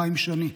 חיים שני,